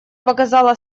показала